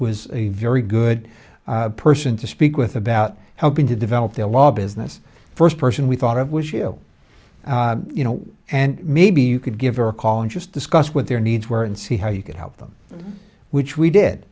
was a very good person to speak with about helping to develop their law business first person we thought it was you you know and maybe you could give her a call and just discuss what their needs were and see how you could help them which we did